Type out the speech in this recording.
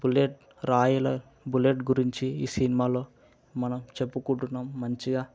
bullet రాయల bullet గురించి ఈ సినిమాలో మనం చెప్పుకుంటున్నాము మంచిగా